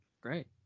great